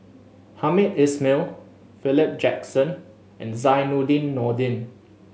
Hamed Ismail Philip Jackson and Zainudin Nordin